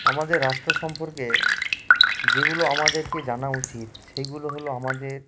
আমাদের রাষ্ট্র সম্পর্কে যেগুলো আমাদেরকে জানা উচিত সেইগুলো হলো আমাদের